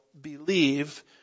believe